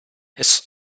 his